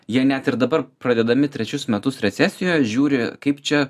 jie net ir dabar pradedami trečius metus recesijoj žiūri kaip čia